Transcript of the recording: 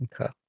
Okay